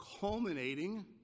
culminating